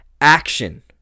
action